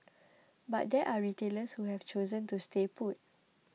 but there are retailers who have chosen to stay put